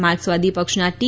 માર્કસવાદી પક્ષના ટી